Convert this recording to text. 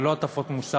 ולא הטפות מוסר,